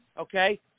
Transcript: Okay